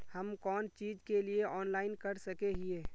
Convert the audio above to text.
हम कोन चीज के लिए ऑनलाइन कर सके हिये?